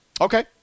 Okay